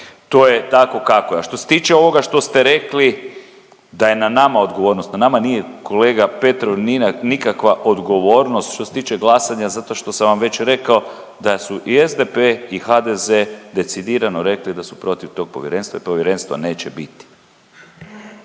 to je tako kako je. A što se tiče ovoga što ste rekli da je na nama odgovornost. Na nama nije kolega Petrov nikakva odgovornost što se tiče glasanja zato što sam vam već rekao da su i SDP i HDZ decidirano rekli da su protiv tog povjerenstva i povjerenstva neće biti.